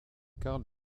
carl